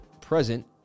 present